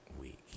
week